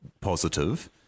positive